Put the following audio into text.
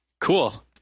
cool